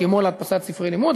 כמו להדפסת ספרי לימוד,